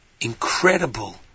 incredible